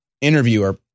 interviewer